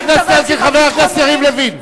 חבר הכנסת יריב לוין.